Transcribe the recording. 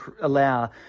allow